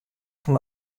fan